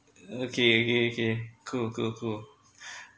okay okay okay cool cool cool